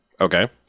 Okay